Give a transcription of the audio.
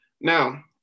Now